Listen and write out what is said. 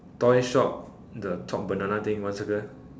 toy shop the top banana thing one circle